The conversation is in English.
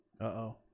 Uh-oh